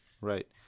right